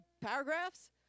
paragraphs